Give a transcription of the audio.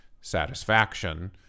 satisfaction